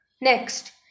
next